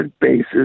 basis